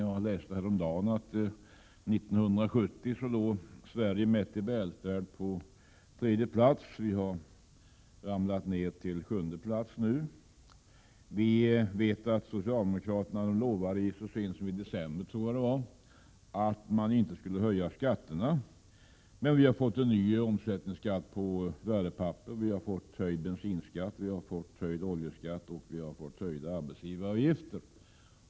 Jag läste häromdagen att Sverige år 1970 i fråga om välfärd låg på tredje plats i världen, medan vi nu ramlat ner till sjunde plats. Socialdemokraterna lovade så sent som i december att man inte skulle höja skatterna. Men nu har vi fått en ny omsättningsskatt på värdepapper, vi har fått en höjning av bensinskatten och oljeskatten samt en höjning av arbetsgivaravgiften.